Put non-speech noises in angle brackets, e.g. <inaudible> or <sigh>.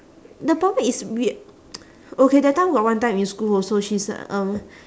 the problem is we <noise> okay that time got one time in school also she's um